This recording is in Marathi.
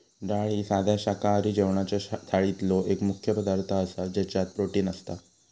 डाळ ही साध्या शाकाहारी जेवणाच्या थाळीतलो एक मुख्य पदार्थ आसा ज्याच्यात प्रोटीन असता